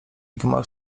gmach